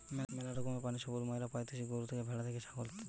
ম্যালা রকমের প্রাণিসম্পদ মাইরা পাইতেছি গরু থেকে, ভ্যাড়া থেকে, ছাগল ইত্যাদি